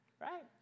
right